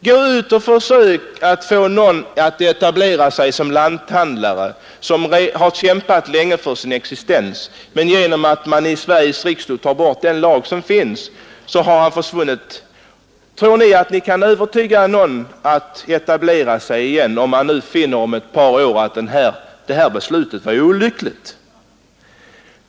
Gå ut om ett par år och försök få en lanthandlare, som har kämpat länge för sin existens men måst ge upp därför att Sveriges riksdag har tagit bort affärstidslagen, att etablera sig igen! Tror ni att det lyckas, om det här beslutet visar sig ha varit olyckligt?